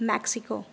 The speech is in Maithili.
मैक्सिको